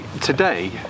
today